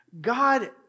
God